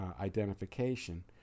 identification